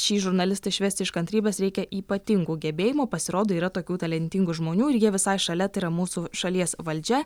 šį žurnalistą išvesti iš kantrybės reikia ypatingų gebėjimų pasirodo yra tokių talentingų žmonių ir jie visai šalia tai yra mūsų šalies valdžia